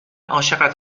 عاشقت